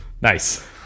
Nice